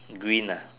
green uh